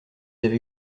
avez